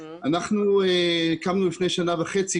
אנחנו קמנו בדיוק לפני שנה וחצי,